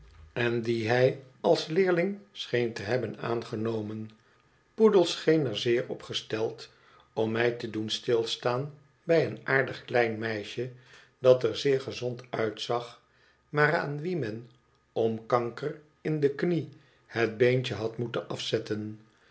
en dien hij als leerling schoen te hebben aangenomen poedel scheen er zeer op gesteld om mij te doen stilstaan bij een aardig klein meisje dat er zeer gezond uitzag maar aan wie men om kanker in de knie het beentje had moeten afzetten